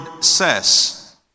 says